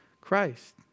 Christ